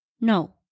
No